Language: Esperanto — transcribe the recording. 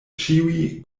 ĉiuj